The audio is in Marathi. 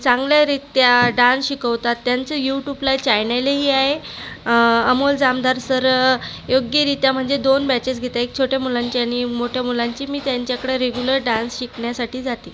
चांगलेरीत्या डान्स शिकवतात त्यांचे युटुपला चायनलई आहे अमोल जामदार सर योग्यरीत्या म्हणजे दोन बॅचेस घेते एक छोट्या मुलांची आणि मोठ्या मुलांची मी त्यांच्याकडे रेगुलर डान्स शिकण्यासाठी जाते